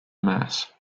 mass